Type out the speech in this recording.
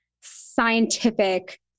scientific